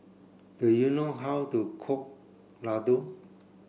do you know how to cook Laddu